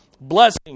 Blessing